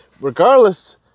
Regardless